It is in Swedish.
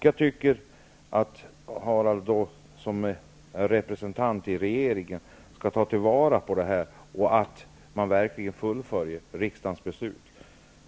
Jag tycker att Harald Bergström som representant för regeringspartierna skall beakta detta och se till att riksdagens beslut fullföljs.